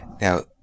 Now